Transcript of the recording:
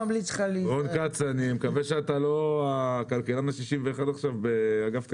רון כץ אני מקווה שאתה לא הכלכלן ה-61 עכשיו באגף התקציבים.